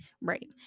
right